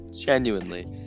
Genuinely